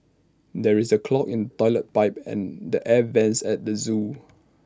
there is A clog in Toilet Pipe and the air Vents at the Zoo